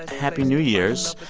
happy new year's.